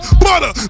butter